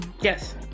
Yes